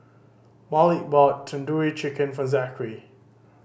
Malik bought Tandoori Chicken for Zackery